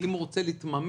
אם הוא רוצה להתממן,